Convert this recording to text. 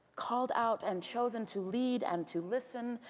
called out and chosen to lead and to listen,